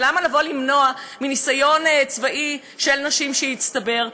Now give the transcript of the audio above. ולמה למנוע ניסיון צבאי של נשים שהצטבר?